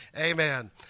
amen